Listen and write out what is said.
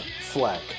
fleck